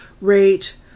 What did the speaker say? rate